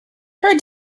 her